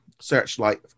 searchlight